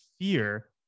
fear